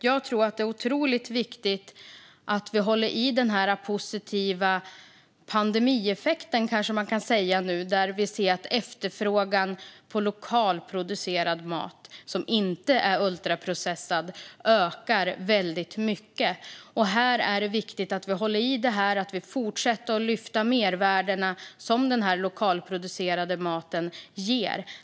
Jag tror att det är otroligt viktigt att vi håller i den positiva pandemieffekten, kanske vi kan kalla det, där vi ser att efterfrågan på lokalproducerad mat som inte är ultraprocessad ökar väldigt mycket. Det är viktigt att vi håller i detta och fortsätter att lyfta de mervärden som den lokalproducerade maten ger.